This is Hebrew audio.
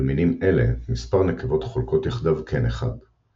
במינים אלה, מספר נקבות חולקות יחדיו קן אחד;